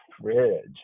fridge